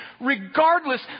Regardless